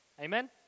Amen